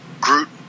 Groot